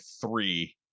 three